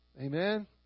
Amen